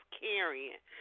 carrying